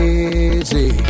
easy